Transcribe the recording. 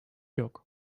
yok